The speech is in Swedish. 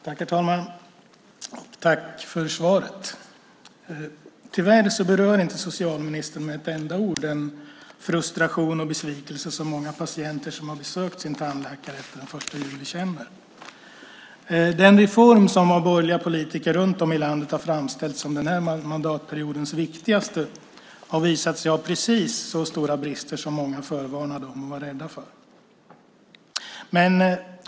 Herr talman! Tack för svaret! Tyvärr berör inte socialministern med ett enda ord den frustration och besvikelse som många patienter som har besökt sin tandläkare efter den 1 juli känner. Den reform som av borgerliga politiker runt om i landet har framställts som den här mandatperiodens viktigaste har visat sig ha precis så stora brister som många förvarnade om och var rädda för.